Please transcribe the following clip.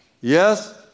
Yes